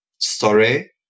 Story